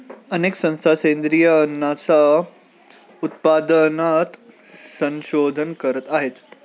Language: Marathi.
अनेक संस्था सेंद्रिय अन्नाच्या उत्पादनात संशोधन करत आहेत